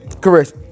Correct